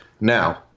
now